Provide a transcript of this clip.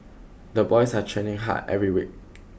the boys are training hard every week